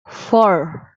four